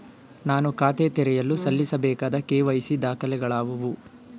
ನಾನು ಖಾತೆ ತೆರೆಯಲು ಸಲ್ಲಿಸಬೇಕಾದ ಕೆ.ವೈ.ಸಿ ದಾಖಲೆಗಳಾವವು?